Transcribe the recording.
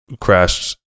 crashed